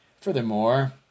furthermore